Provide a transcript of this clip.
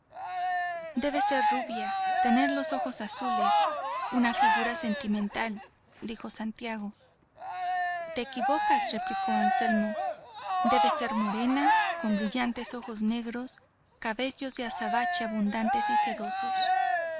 debe ser rubia tener los ojos azules una figura sentimental dijo santiago te equivocas replicó anselmo debe ser morena con brillantes ojos negros cabellos de azabache abundantes y sedosos